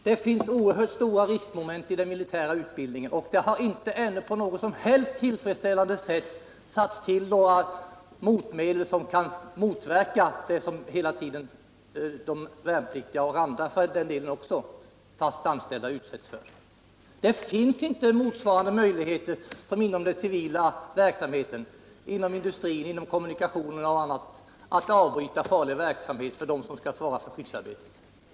Det finns oerhört stora riskmoment i den militära utbildningen, och det har ännu inte på något som helst tillfredsställande sätt satts in åtgärder för att motverka de risker som de värnpliktiga och för den delen även den fast anställda personalen utsätts för. De som skall svara för skyddsarbetet inom det militära har inte samma möjligheter som man har inom civil verksamhet, t.ex. inom industri och kommunikationer, att avbryta farlig verksamhet.